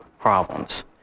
problems